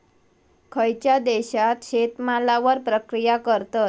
खयच्या देशात शेतमालावर प्रक्रिया करतत?